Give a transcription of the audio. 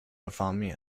方面